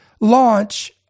launch